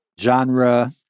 genre